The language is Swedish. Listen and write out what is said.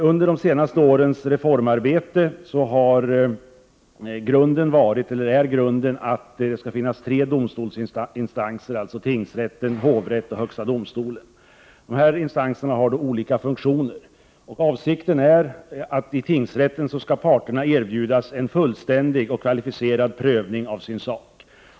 Under de senaste årens reformarbete har grunden varit att det skall finnas tre domstolsinstanser, dvs. tingsrätt, hovrätt och högsta domstolen. Dessa instanser har olika funktioner. I tingsrätten skall parterna erbjudas en fullständig och kvalificerad prövning av sin sak.